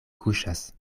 kuŝas